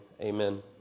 Amen